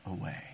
away